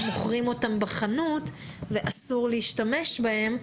מוכרים אותן בחנות ואסור להשתמש בהן,